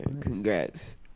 Congrats